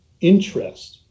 interest